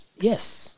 Yes